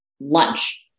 lunch